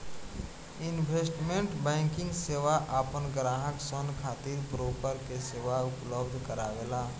investment banking सेवा आपन ग्राहक सन खातिर ब्रोकर के सेवा उपलब्ध करावेला